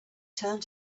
turned